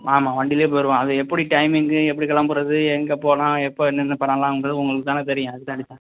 ஆமா வண்டியிலேயே போயிருவோம் அதான் எப்படி டைம்மிங்கு எப்புடி கிளம்புறது எங்கே போனால் எப்போ என்னென்ன பண்ணலாங்கிறது உங்களுக்கு தானே தெரியும் அதுக்குதான் அடிச்சே